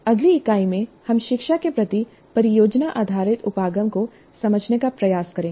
अगली इकाई में हम शिक्षा के प्रति परियोजना आधारित उपागम को समझने का प्रयास करेंगे